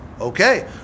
Okay